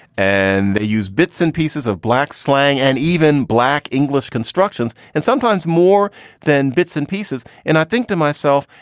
and they use bits and pieces of black slang and even black english constructions and sometimes more than bits and pieces. and i think to myself,